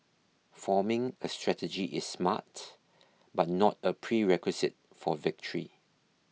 forming a strategy is smart but not a prerequisite for victory